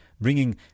bringing